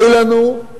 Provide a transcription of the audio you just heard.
אוי לנו,